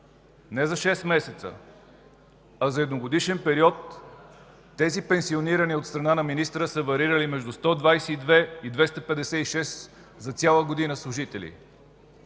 не за шест месеца, а за едногодишен период тези пенсионирания от страна на министъра са варирали между 122 и 256 служители